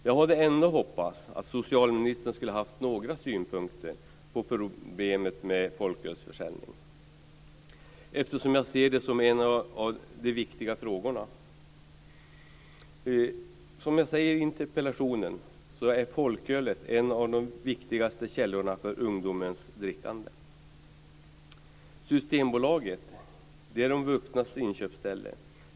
Jag hade ändå hoppats att socialministern skulle ha haft några synpunkter på problemet med folkölsförsäljningen, eftersom jag ser det som en av de viktiga frågorna. Som jag säger i interpellationen är folkölet en av de viktigaste källorna för ungdomens drickande. Systembolaget är de vuxnas inköpsställe.